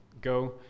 Go